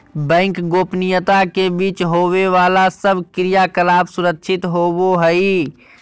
bank गोपनीयता के बीच होवे बाला सब क्रियाकलाप सुरक्षित होवो हइ